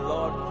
Lord